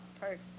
perfect